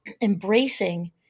embracing